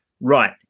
right